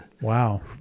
Wow